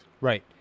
Right